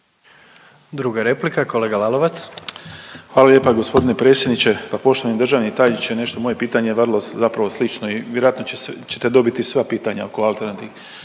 **Lalovac, Boris (SDP)** Hvala lijepa g. predsjedniče. Pa poštovani državni tajniče, nešto, moje pitanje je vrlo zapravo slično i vjerojatno ćete dobiti sva pitanja oko alternativnih.